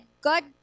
God